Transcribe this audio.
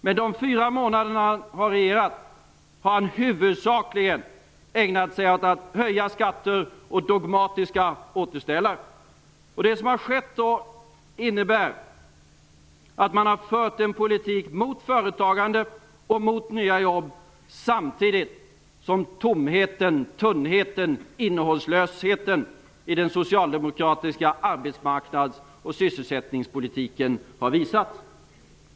Under de fyra månader som Ingvar Carlsson har regerat har han huvudsakligen ägnat sig åt att höja skatter och åt dogmatiska återställare. Det som har skett innebär att man har fört en politik mot företagande och mot nya jobb, samtidigt som tomheten, tunnheten och innehållslösheten i den socialdemokratiska arbetsmarknads och sysselsättningspolitiken har visats.